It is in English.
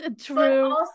True